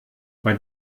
bei